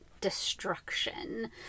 destruction